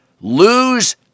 Lose